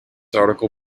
article